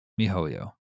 Mihoyo